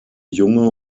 junge